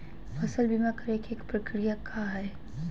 फसल बीमा करे के प्रक्रिया का हई?